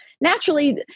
naturally